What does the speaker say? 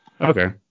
Okay